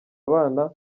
abana